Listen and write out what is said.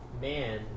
man